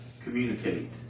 Communicate